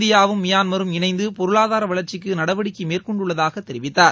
இந்தியாவும் மியான்மரும் இணைந்து பொருளாதார வளர்ச்சிக்கு நடவடிக்கை மேற்கொண்டுள்ளதாக தெரிவித்தார்